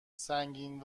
سنگین